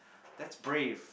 that's brave